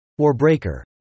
Warbreaker